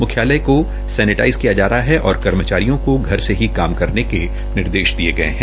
मुख्यालय को सैनेटाइज़ किया जा रहा है और कर्मचारियों को घर से ही काम करने के निर्देश दिये गये है